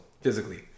physically